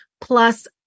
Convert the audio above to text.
Plus